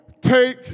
take